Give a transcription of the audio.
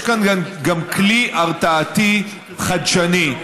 יש כאן גם כלי הרתעתי חדשני,